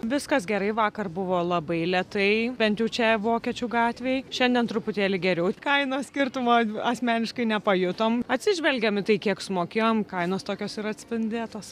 viskas gerai vakar buvo labai lėtai bent jau čia vokiečių gatvėje šiandien truputėlį geriau kainos skirtumo asmeniškai nepajutome atsižvelgiame į tai kiek sumokėjome kainos tokios ir atspindėtos